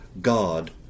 God